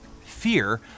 fear